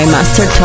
Master